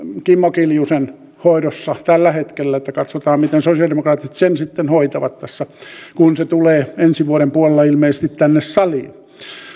kimmo kiljusen hoidossa tällä hetkellä niin että katsotaan miten sosialidemokraatit sen sitten hoitavat tässä kun se tulee ensi vuoden puolella ilmeisesti tänne saliin